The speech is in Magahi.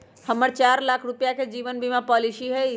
हम्मर चार लाख रुपीया के जीवन बीमा पॉलिसी हई